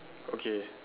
okay